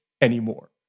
anymore